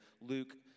Luke